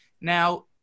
Now